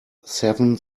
seven